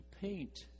paint